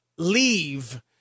leave